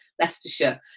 Leicestershire